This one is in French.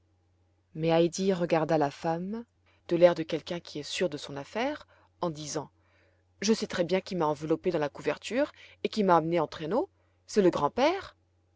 mais heidi regarda la femme de l'air de quelqu'un qui est sûr de son affaire en disant je sais très bien qui m'a enveloppée dans la couverture et qui m'a amenée en traîneau c'est le grand-père